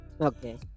Okay